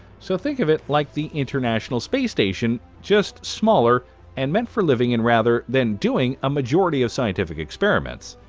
so think of it like the international space station. just smaller and meant for living in rather than doing a majority of scientific experiments.